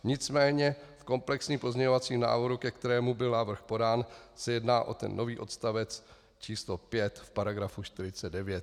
Nicméně v komplexním pozměňovacím návrhu, ke kterému byl návrh podán, se jedná o nový odstavec číslo 5 v § 49.